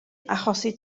achosi